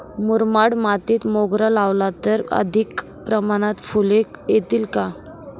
मुरमाड मातीत मोगरा लावला तर अधिक प्रमाणात फूले येतील का?